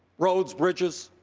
roads, bridges,